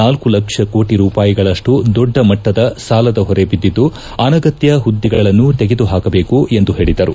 ನಾಲ್ಲು ಲಕ್ಷ ಕೋಟಿ ರೂಪಾಯಿಯಷ್ಟು ದೊಡ್ಡ ಮಟ್ಟದ ಸಾಲದ ಹೊರೆ ಬಿದ್ದಿದ್ದು ಅನಗತ್ತ ಹುದ್ದೆಗಳನ್ನು ತೆಗೆದು ಹಾಕಬೇಕು ಎಂದು ಹೇಳಿದರು